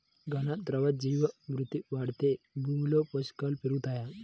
ఘన, ద్రవ జీవా మృతి వాడితే భూమిలో పోషకాలు పెరుగుతాయా?